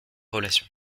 relation